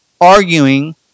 arguing